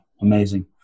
amazing